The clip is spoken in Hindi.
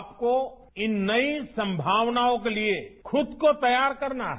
आपको इन नई संभावनाओं के लिए खुद को तैयार करना है